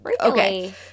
okay